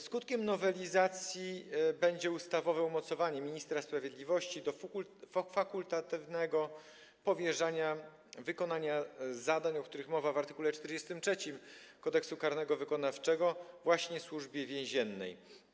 Skutkiem nowelizacji będzie ustawowe umocowanie ministra sprawiedliwości do fakultatywnego powierzania wykonania zadań, o których mowa w art. 43 Kodeksu karnego wykonawczego, właśnie Służbie Więziennej.